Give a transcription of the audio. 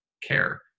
care